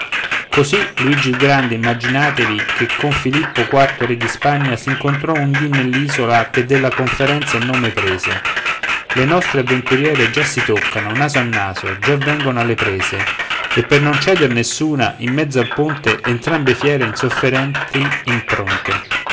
così luigi il grande immaginatevi che con filippo quarto re di spagna s'incontrò un dì nell'isola che della conferenza il nome prese le nostre avventuriere già si toccano naso a naso già vengono alle prese per non ceder nessuna in mezzo al ponte entrambe fiere insofferenti impronte